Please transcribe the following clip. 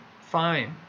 fine